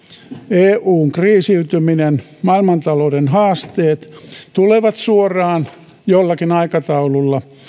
eun kriisiytyminen maailmantalouden haasteet tulevat suoraan jollakin aikataululla